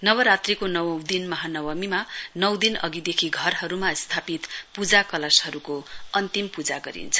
नवरात्रीको नवौं दिन महानवमीमा नौ दिन अधिदेखि घरहरुमा स्थापित पूजा कलशहरुकोअन्तिम पूजा गरिन्छ